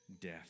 death